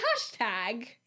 hashtag